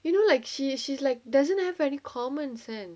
you know like she she like doesn't have any common sense